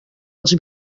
els